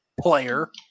player